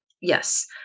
yes